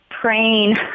praying